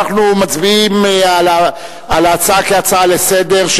אנחנו מצביעים על ההצעה כהצעה לסדר-היום,